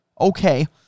Okay